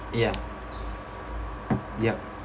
ya yup